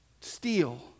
Steal